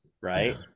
right